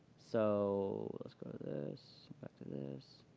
so let's go this, back to this.